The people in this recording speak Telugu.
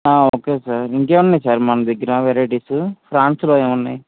ఓకే సార్ ఇంకేమి ఉన్నాయి సార్ మన దగ్గర వెరైటీస్ ప్రాన్స్లో ఏమున్నాయి